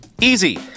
Easy